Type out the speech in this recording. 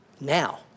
Now